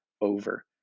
over